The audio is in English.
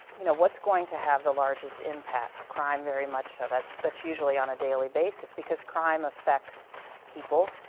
you know, what's going to have the largest impact? crime, very much so that's that's usually on a daily basis because crime affects people,